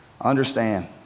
Understand